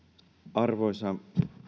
arvoisa